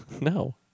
No